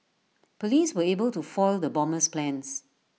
Police were able to foil the bomber's plans